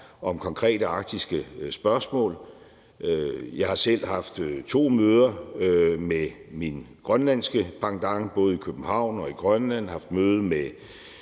om konkrete arktiske spørgsmål. Jeg har selv haft to møder med min grønlandske pendant både i København og i Grønland,